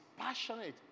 passionate